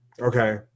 Okay